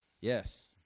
yes